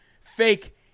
fake